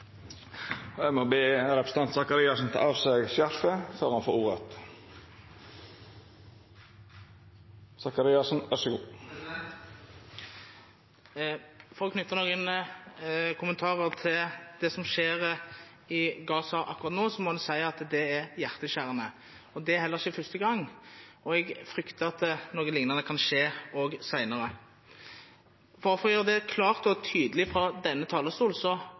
må be representanten Sakariassen ta av seg skjerfet før han får ordet. For å knytte noen kommentarer til det som skjer i Gaza akkurat nå: En må si at det er hjerteskjærende. Det er heller ikke første gang, og jeg frykter at noe lignende kan skje også senere. Bare for å gjøre det klart og tydelig fra denne talerstol: